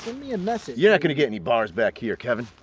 me a message? you're not gonna get any bars back here kevin.